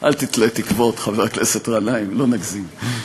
אל תתלה תקוות, חבר הכנסת גנאים, לא נגזים.